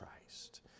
Christ